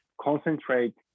Concentrate